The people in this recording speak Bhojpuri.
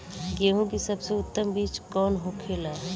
गेहूँ की सबसे उत्तम बीज कौन होखेला?